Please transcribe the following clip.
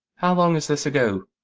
how long is this ago?